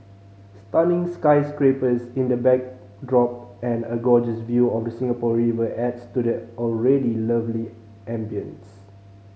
stunning sky scrapers in the backdrop and a gorgeous view of the Singapore River adds to the already lovely ambience